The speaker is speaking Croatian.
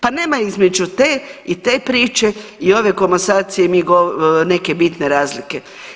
Pa nema između te i te priče i ove komasacije neke bitne razlike.